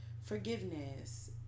forgiveness